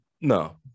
no